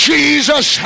Jesus